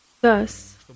Thus